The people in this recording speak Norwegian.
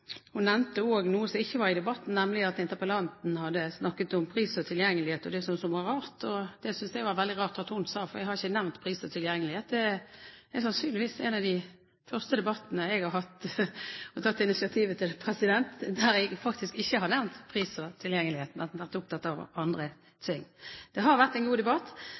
hun nevnte også noe som ikke var oppe i debatten, nemlig at interpellanten hadde snakket om pris og tilgjengelighet, og det syntes hun var rart. Det synes jeg var veldig rart at hun sa, for jeg har ikke nevnt pris og tilgjengelighet. Dette er sannsynligvis en av de første debattene jeg har tatt initiativet til der jeg faktisk ikke har nevnt pris og tilgjengelighet, men har vært opptatt av andre ting. Det har vært en god debatt